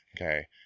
Okay